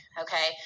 Okay